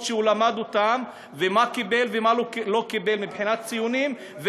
שהוא למד ומה הוא קיבל ומה לא קיבל מבחינת ציונים,